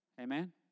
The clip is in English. Amen